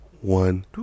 One